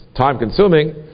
time-consuming